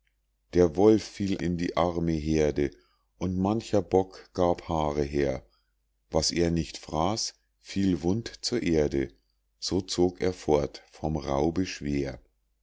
der wolf fiel in die arme heerde und mancher bock gab haare her was er nicht fraß fiel wund zur erde so zog er fort vom raube schwer